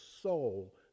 soul